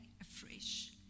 afresh